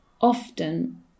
often